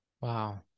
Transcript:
Wow